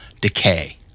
decay